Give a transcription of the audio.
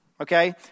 okay